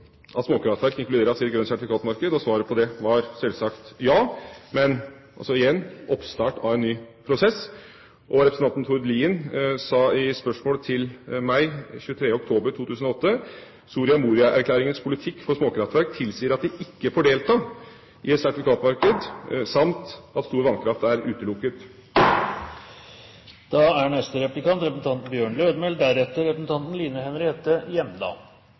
småkraftverk inkluderes i et grønt sertifikatsystem?» Svaret på det var selvsagt ja, men igjen – oppstart av en ny prosess. Representanten Tord Lien skriver i et spørsmål til meg den 23. oktober 2008: «Soria Moria-erklæringens politikk for småkraftverk tilsier at de ikke får delta i et sertifikatmarked, samt at stor vannkraft er utelukket.»